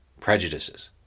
prejudices